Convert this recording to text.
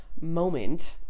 moment